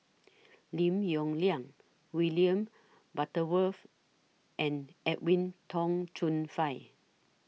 Lim Yong Liang William Butterworth and Edwin Tong Chun Fai